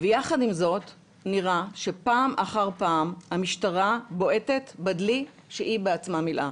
ועם זאת נראה שפעם אחר פעם המשטרה בועטת בדלי שהיא בעצמה מילאה.